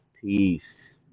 Peace